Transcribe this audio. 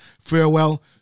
farewell